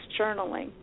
journaling